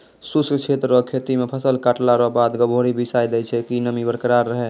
शुष्क क्षेत्र रो खेती मे फसल काटला रो बाद गभोरी बिसाय दैय छै कि नमी बरकरार रहै